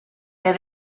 que